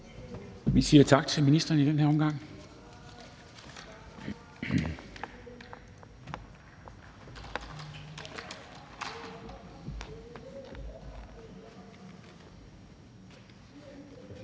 Vi siger tak til ministeren i den her omgang.